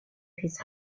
his